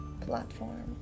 platform